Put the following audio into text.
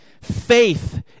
Faith